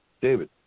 David